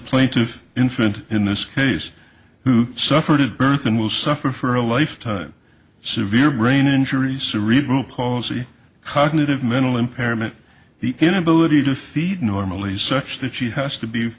plaintive infant in this case who suffered at birth and will suffer for a lifetime severe brain injury cerebral palsy cognitive mental impairment the inability to feed normally such that she has to be